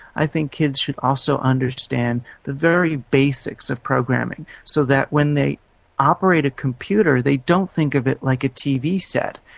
i think kids should also understand the very basics of programming, so that when they operate a computer, they don't think of it like a tv set,